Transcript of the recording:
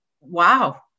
wow